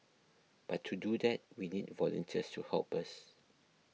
but to do that we need volunteers to help us